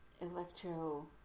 Electro